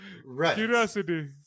curiosity